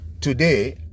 today